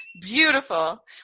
Beautiful